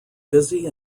busy